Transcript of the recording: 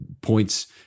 points